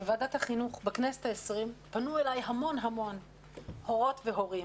שבוועדת החינוך בכנסת העשרים פנו אליי המון הורות והורים